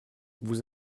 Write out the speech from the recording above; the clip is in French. vous